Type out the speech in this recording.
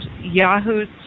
Yahoo's